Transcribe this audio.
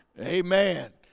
Amen